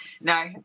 No